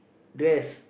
dress